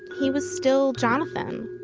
he was still jonathan.